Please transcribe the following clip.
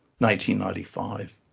1995